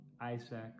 Isaac